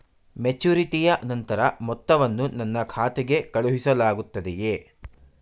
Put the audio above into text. ಮೆಚುರಿಟಿಯ ನಂತರ ಮೊತ್ತವನ್ನು ನನ್ನ ಖಾತೆಗೆ ಕಳುಹಿಸಲಾಗುತ್ತದೆಯೇ?